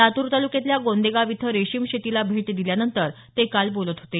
लातूर तालुक्यातल्या गोंदेगाव इथं रेशीम शेतीला भेट दिल्यानंतर ते काल बोलत होते